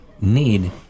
need